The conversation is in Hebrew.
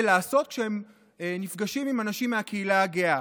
לעשות כשהם נפגשים עם אנשים מהקהילה הגאה,